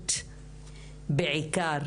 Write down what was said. שירות בעיקר